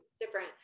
different